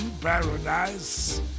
paradise